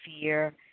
fear